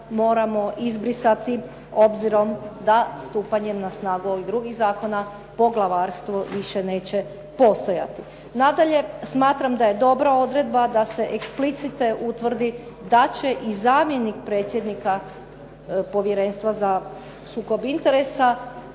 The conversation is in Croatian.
moramo izbrisati obzirom da stupanjem na snagu ovih drugih zakona poglavarstvo više neće postojati. Nadalje, smatram da je dobra odredba da se eksplicite utvrdi da će i zamjenik predsjednika povjerenstva za sukob interesa